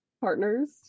partners